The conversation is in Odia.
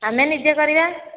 ଆମେ ନିଜେ କରିବା